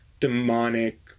demonic